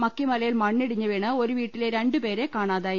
മക്കിമല യിൽ മണ്ണിടിഞ്ഞ് വീണ് ഒരു വീട്ടിലെ രണ്ട് പേരെ കാണാതായി